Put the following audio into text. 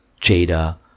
Jada